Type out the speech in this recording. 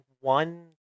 one